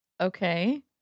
okay